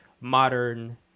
modern